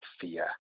fear